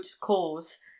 cause